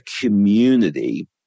community